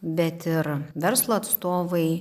bet ir verslo atstovai